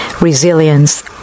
resilience